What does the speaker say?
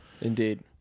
Indeed